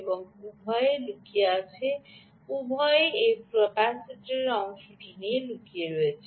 এগুলি উভয়ই লুকিয়ে রয়েছে উভয়ই এই ক্যাপাসিটরের অংশটি লুকিয়ে রেখেছে